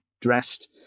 dressed